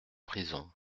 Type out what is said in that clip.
prison